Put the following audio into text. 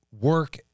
work